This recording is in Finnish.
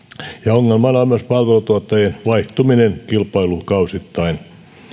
ongelmana on myös palveluntuotta jien vaihtuminen kilpailukausittain